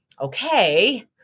okay